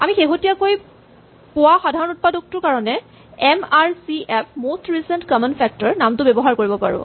আমি শেহতীয়াকৈ পোৱা সাধাৰণ উৎপাদকটোৰ কাৰণে M R C F most recent common ফেক্টৰনামটো ব্যৱহাৰ কৰিব পাৰো